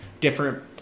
different